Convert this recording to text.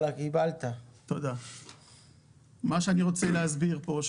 מה שאני רוצה להסביר פה,